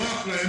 נוח להם,